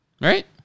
Right